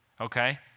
Okay